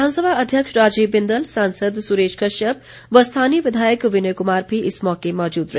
विधानसभा अध्यक्ष राजीव बिंदल सांसद सुरेश कश्यप व स्थानीय विधायक विनय कुमार भी इस मौके मौजूद रहे